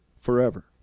Forever